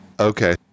Okay